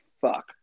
fuck